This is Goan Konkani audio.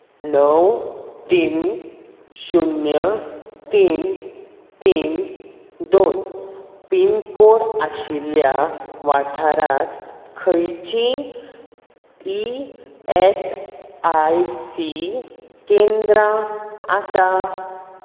णव तीन शून्य तीन तीन दोन पिनकोड आशिल्ल्या वाठारांत खंयचीं ई एस आय सी केंद्रां आसात